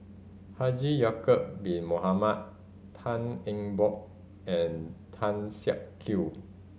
Haji Ya'acob Bin Mohamed Tan Eng Bock and Tan Siak Kew